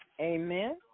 Amen